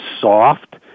soft